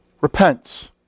repents